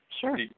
Sure